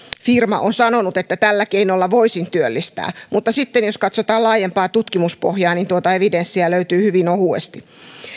firma on sanonut että tällä keinolla voisin työllistää mutta sitten jos katsotaan laajempaa tutkimuspohjaa tuota evidenssiä löytyy hyvin ohuesti